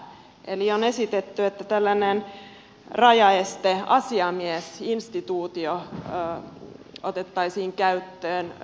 eli on esitetty että tällainen rajaesteasiamiesinstituutio otettaisiin käyttöön